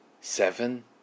seven